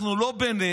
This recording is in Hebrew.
אנחנו לא באמת